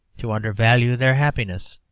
to undervalue their happiness,